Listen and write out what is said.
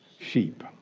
sheep